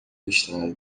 listrada